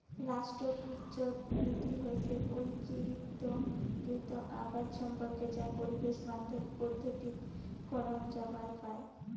রাষ্ট্রপুঞ্জত নীতি হসে ঐক্যিকৃত আবাদ সম্পর্কে যা পরিবেশ বান্ধব পদ্ধতিত করাং যাবার পায়